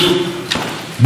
כבר אגע בזה.